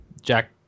jack